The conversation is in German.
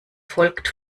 folgt